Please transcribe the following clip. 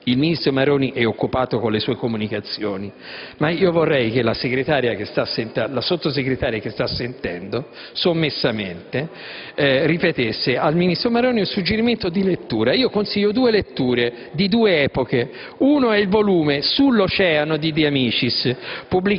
Il ministro Maroni è occupato con le sue comunicazioni. Ma vorrei che la Sottosegretaria che sta ascoltando, sommessamente ripetesse al ministro Maroni un suggerimento di lettura. Consiglio due letture di due diverse epoche: la prima, il volume «Sull'Oceano» di De Amicis